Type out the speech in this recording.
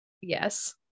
Yes